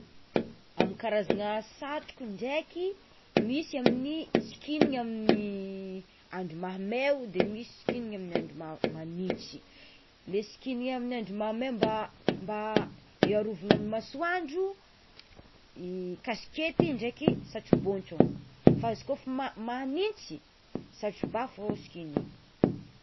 Amin'ny karazana satroko ndraiky misy amin'ny sikininy amin'ny andro mamay de misy sikininy amin'ny andro magnintsy; le sikininy amin'ny andro mamay mba mba hiarovana amy masoandro: i kasikety ndraiky satrobontsiny, fa izy kôfa ma- magnintsy satrobà fôgna sikininy.